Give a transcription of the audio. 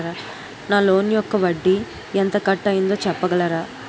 నా లోన్ యెక్క వడ్డీ ఎంత కట్ అయిందో చెప్పగలరా?